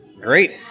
Great